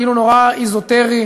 כאילו נורא אזוטרי.